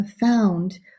found